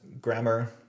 grammar